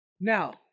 Now